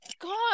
God